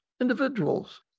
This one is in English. individuals